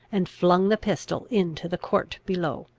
and flung the pistol into the court below.